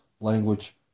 language